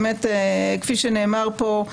כפי שנאמר פה,